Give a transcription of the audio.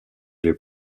les